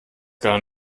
gar